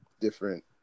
different